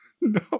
No